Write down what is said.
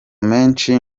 menshi